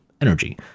energy